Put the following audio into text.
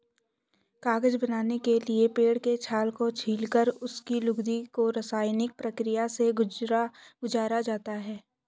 कागज बनाने के लिए पेड़ के छाल को छीलकर उसकी लुगदी को रसायनिक प्रक्रिया से गुजारा जाता है